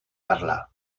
parlar